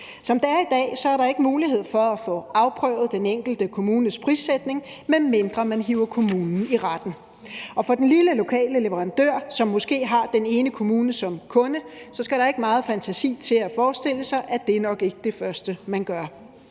Som det er i dag, er der ikke mulighed for at få afprøvet den enkelte kommunes prissætning, medmindre man hiver kommunen i retten. Og hvad angår den lille lokale leverandør, som måske har den ene kommune som kunde, skal der ikke meget fantasi til at forestille sig, at det nok ikke er det første, man gør.